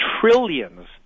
trillions